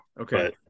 okay